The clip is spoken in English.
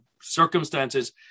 circumstances